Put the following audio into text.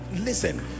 listen